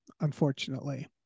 unfortunately